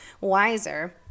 wiser